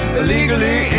illegally